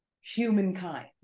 humankind